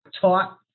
taught